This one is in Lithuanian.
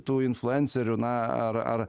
tų influencerių na ar ar